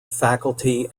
faculty